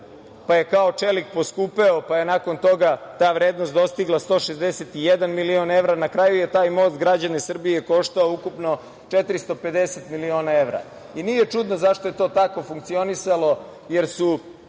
pa je kao čelik poskupeo, pa je nakon toga ta vrednost dostigla 161 milion evra, a na kraju je taj most građane Srbije koštao ukupno 450 miliona evra. Nije čudno zašto je to tako funkcionisalo, jer su